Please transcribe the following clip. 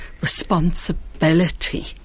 responsibility